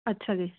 ਅੱਛਾ ਜੀ